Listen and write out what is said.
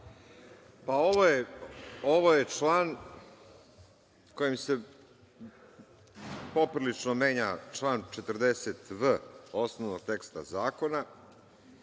Ovo je član kojim se poprilično menja član 40v osnovnog teksta zakona